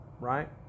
Right